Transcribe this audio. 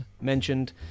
mentioned